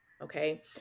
Okay